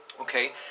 Okay